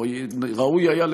ראוי היה,